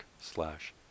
slash